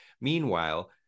Meanwhile